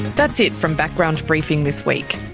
that's it from background briefing this week.